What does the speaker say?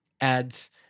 adds